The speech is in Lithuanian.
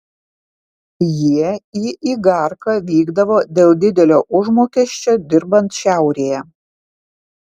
jie į igarką vykdavo dėl didelio užmokesčio dirbant šiaurėje